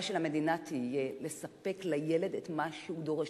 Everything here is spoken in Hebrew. של המדינה תהיה לספק לילד את מה שהוא דורש,